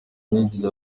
myigire